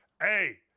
Hey